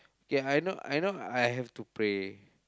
k I know I know I have to pray